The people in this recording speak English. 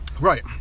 Right